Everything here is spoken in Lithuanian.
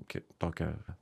kaip tokią